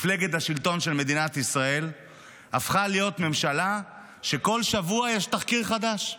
מפלגת השלטון של מדינת ישראל הפכה להיות ממשלה שבכל שבוע יש תחקיר חדש.